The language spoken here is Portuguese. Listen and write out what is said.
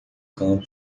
campo